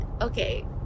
okay